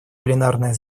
пленарное